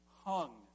hung